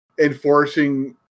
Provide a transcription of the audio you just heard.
enforcing